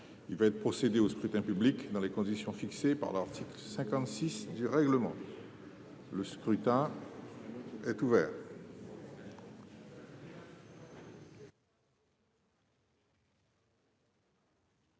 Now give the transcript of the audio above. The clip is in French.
Il va être procédé au scrutin dans les conditions fixées par l'article 56 du règlement. Le scrutin est ouvert.